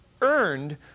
earned